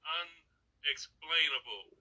unexplainable